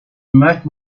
much